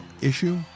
issue